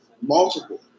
Multiple